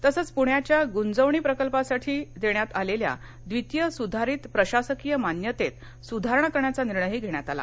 तसंच पुण्याच्या गुंजवणी प्रकल्पासाठी देण्यात आलेल्या द्वितीय सुधारित प्रशासकीय मान्यतेत सुधारणा करण्याचा निर्णयही घेण्यात आला